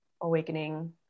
awakening